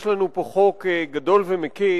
יש לנו פה חוק גדול ומקיף.